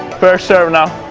first serve now!